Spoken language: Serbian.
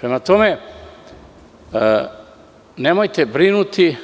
Prema tome, nemojte brinuti,